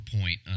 point